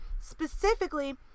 specifically